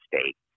state